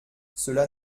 cela